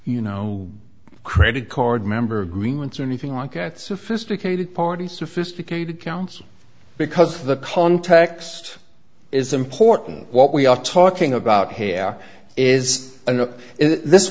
you know credit card member agreements or anything like that sophisticated parties sophisticated counsel because the context is important what we are talking about here is an up this